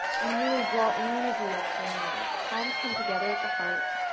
and really draw energy up from the earth. palms come together at the heart.